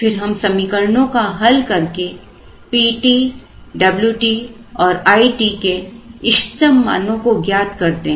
फिर हम समीकरणों को हल करके Pt Wt और It के इष्टतम मानो को ज्ञात करते हैं